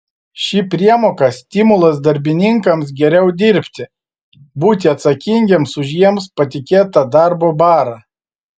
ši priemoka stimulas darbininkams geriau dirbti būti atsakingiems už jiems patikėtą darbo barą